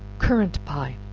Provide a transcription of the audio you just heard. currant pie.